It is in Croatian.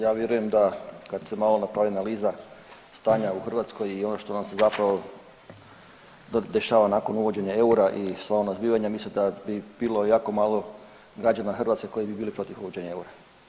Ja vjerujem da kad ste malo napravi analiza stanja u Hrvatskoj i ono što nam se zapravo dešava nakon uvođenja eura i sva ona zbivanja, mislim da bi bilo jako malo građana Hrvatske koji bi bili protiv uvođenja eura.